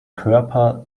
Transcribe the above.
körper